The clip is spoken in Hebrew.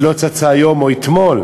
היא לא צצה היום או אתמול.